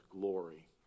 glory